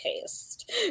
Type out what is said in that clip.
taste